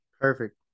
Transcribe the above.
Perfect